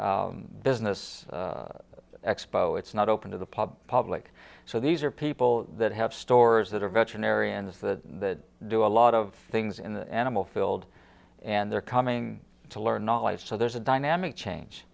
business expo it's not open to the pub public so these are people that have stores that are veterinarians to do a lot of things in the animal field and they're coming to learn knowledge so there's a dynamic change